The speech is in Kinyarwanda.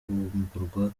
kwamburwa